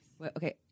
Okay